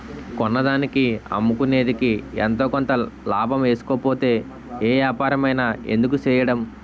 కొన్నదానికి అమ్ముకునేదికి ఎంతో కొంత లాభం ఏసుకోకపోతే ఏ ఏపారమైన ఎందుకు సెయ్యడం?